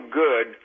good